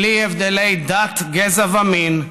בלי הבדלי דת, גזע ומין,